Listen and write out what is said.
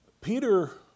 Peter